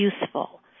useful